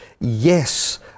yes